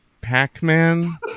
Pac-Man